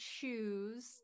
choose